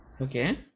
Okay